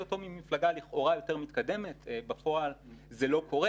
הוא לכאורה ממפלגה יותר מתקדמת ובפועל זה לא קורה.